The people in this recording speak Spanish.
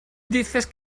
dices